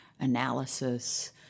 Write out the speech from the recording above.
analysis